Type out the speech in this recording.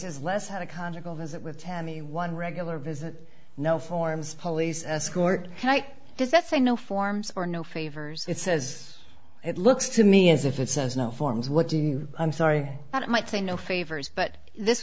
tammy one regular visit no forms police escort does that say no forms or no favors it says it looks to me as if it says no forms what do you i'm sorry that might say no favors but this